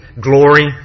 glory